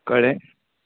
कळ्ळें